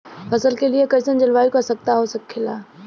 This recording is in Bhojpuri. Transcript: फसल के लिए कईसन जलवायु का आवश्यकता हो खेला?